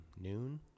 noon